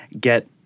get